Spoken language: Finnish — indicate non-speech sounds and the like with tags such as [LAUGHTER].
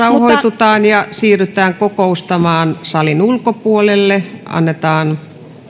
[UNINTELLIGIBLE] rauhoitutaan ja siirrytään kokoustamaan salin ulkopuolelle annetaan